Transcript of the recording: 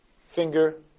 Finger